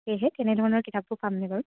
সেয়েহে তেনেধৰণৰ কিতাপবোৰ পামনে বাৰু